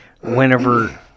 Whenever